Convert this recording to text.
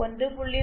0 0